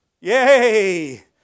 Yay